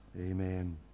amen